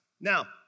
Now